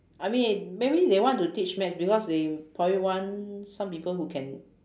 I mean maybe they want to teach maths because they probably want some people who can